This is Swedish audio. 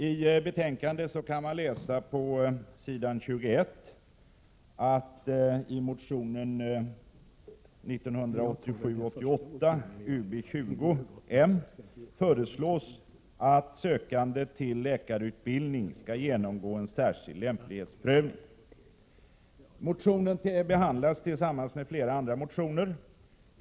I betänkandet kan man på s. 21 läsa: ”I motion 1987/88:Ub20 föreslås att sökande till läkarutbildning skall genomgå en särskild lämplighetsprövning.” Motionen behandlas tillsammans med flera andra motioner.